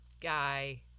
guy